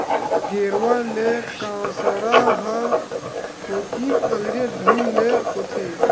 गेरवा ले कांसरा ह थोकिन अलगे ढंग ले होथे